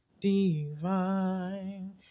Divine